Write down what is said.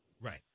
Right